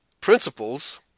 principles